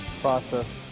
process